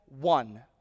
one